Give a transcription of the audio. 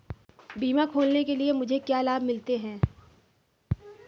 बीमा खोलने के लिए मुझे क्या लाभ मिलते हैं?